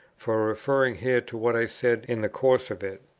for referring here to what i said in the course of it.